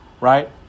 right